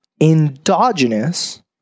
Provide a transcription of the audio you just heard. endogenous